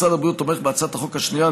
משרד הבריאות תומך בהצעת החוק השנייה,